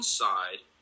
side